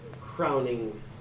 crowning